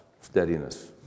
steadiness